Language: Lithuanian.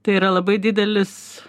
tai yra labai didelis